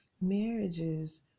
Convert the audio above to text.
marriages